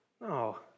No